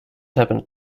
happened